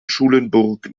schulenburg